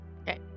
Okay